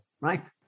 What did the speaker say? right